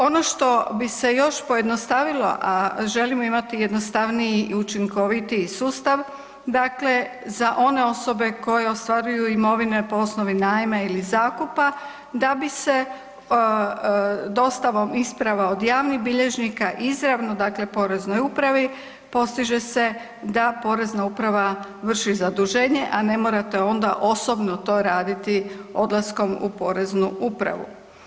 Ono što bi se još pojednostavilo, a želimo imati jednostavniji i učinkovitiji sustav dakle za one osobe koje ostvaruju imovine po osnovi najma ili zakupa da bi se dostavom isprava od javnih bilježnika izravno dakle Poreznoj upravi postiže se da Porezna uprava vrši zaduženje, a ne morate to onda osobno to raditi odlaskom u Poreznu upravu.